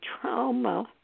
trauma